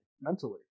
mentally